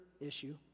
issue